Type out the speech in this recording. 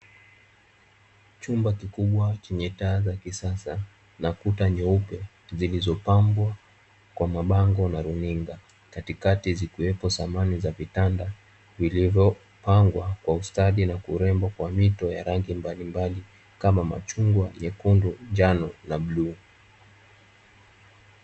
Chumba kikubwa chenye taa za kisasa na kuta nyeupe, zilizopambwa kwa mabango na luninga, katikati zikiwemo samani za vitanda vilivyopangwa kwa ustadi na kurembwa kwa mito ya rangi mbalimbali, kama machungwa, nyekundu, njano na bluu.